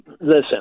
listen